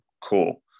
Cool